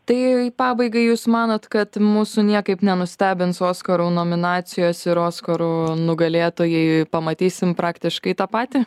tai pabaigai jūs manot kad mūsų niekaip nenustebins oskarų nominacijos ir oskarų nugalėtojai pamatysim praktiškai tą patį